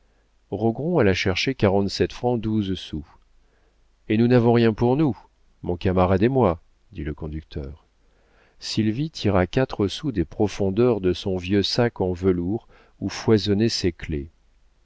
rogron alla chercher quarante-sept francs douze sous et nous n'avons rien pour nous mon camarade et moi dit le conducteur sylvie tira quarante sous des profondeurs de son vieux sac en velours où foisonnaient ses clefs